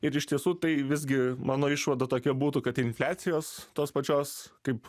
ir iš tiesų tai visgi mano išvada tokia būtų kad infliacijos tos pačios kaip